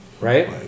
Right